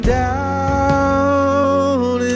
down